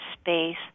space